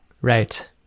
Right